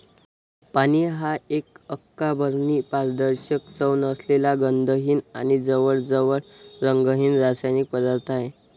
पाणी हा एक अकार्बनी, पारदर्शक, चव नसलेला, गंधहीन आणि जवळजवळ रंगहीन रासायनिक पदार्थ आहे